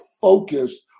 focused